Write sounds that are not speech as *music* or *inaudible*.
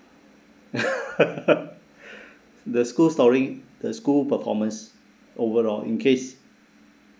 *laughs* the school scoring the school performance overall in case